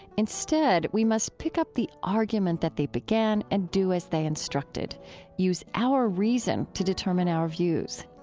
instead, we must pick up the argument that they began and do as they instructed use our reason to determine our views.